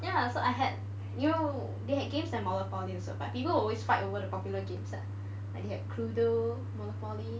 ya so I had you know they had games like monopoly also but people will always fight over the popular games lah like cluedo monopoly